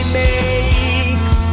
makes